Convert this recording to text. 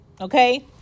Okay